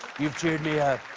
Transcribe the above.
you've cheered me